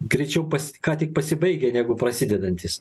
greičiau pas ką tik pasibaigę negu prasidedantys